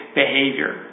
behavior